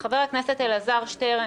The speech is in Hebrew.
חבר הכנסת אלעזר שטרן,